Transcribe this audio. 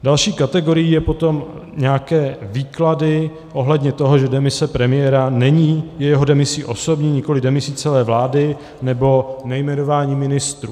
Další kategorií jsou potom nějaké výklady ohledně toho, že demise premiéra není jeho demisi osobní, nikoliv demisí celé vlády, nebo nejmenování ministrů.